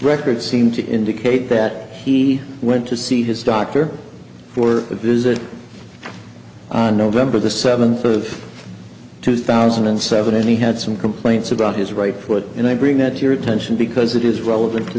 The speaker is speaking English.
records seem to indicate that he went to see his doctor for the visit on november the seventh of two thousand and seven any had some complaints about his right foot and i bring that to your attention because it is relevant to